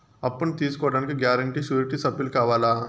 అప్పును తీసుకోడానికి guarantee, surety సభ్యులు కావాలా?